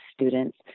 students